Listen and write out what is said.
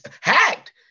hacked